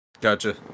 gotcha